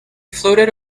floated